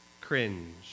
cringe